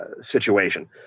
situation